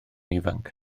ifanc